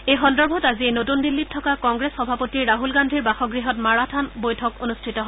এই সন্দৰ্ভত আজি নতুন দিল্লীত থকা কংগ্ৰেছ সভাপতি ৰাহুল গান্ধীৰ বাসগৃহত মাৰাথান বৈঠক অনুষ্ঠিত হয়